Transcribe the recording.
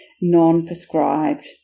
non-prescribed